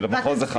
של מחוז אחד.